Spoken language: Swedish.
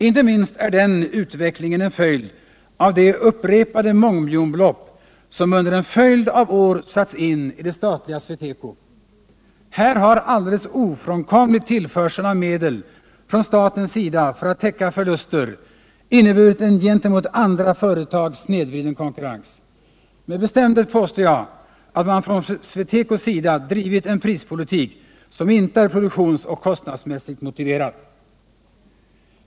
Inte minst är den utvecklingen en konsekvens av de mångmiljonbelopp som upprepade gånger under en följd av år satts in i det statliga SweTeco. Här har alldeles ofrånkomligt tillförseln av medel från statens sida för att täcka förluster inneburit en gentemot andra företag snedvriden konkurrens. Med bestämdhet påstår jag att man från SweTecos sida drivit en prispolitik som inte är produktionsoch kostnadsmässigt motiverad.